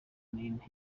nine